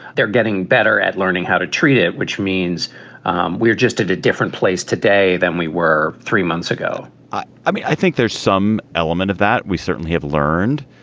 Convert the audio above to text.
they're getting better at learning how to treat it. which means we're just at a different place today than we were three months ago i i mean, i think there's some element of that. we certainly have learned.